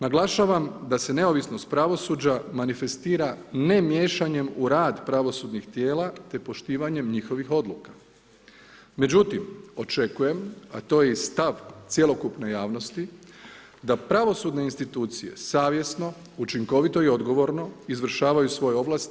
Naglašavam da se neovisnost pravosuđa manifestira ne miješanjem u rad pravosudnih tijela te poštivanjem njihovih odluka, međutim očekujem, a to je i stav cjelokupne javnosti, da pravosudne institucije savjesno, učinkovito i odgovorno izvršavaju svoje ovlasti